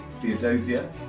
Theodosia